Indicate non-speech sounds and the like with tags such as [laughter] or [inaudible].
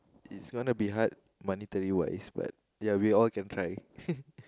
it's gonna be hard monetary wise ya but we all can try [laughs]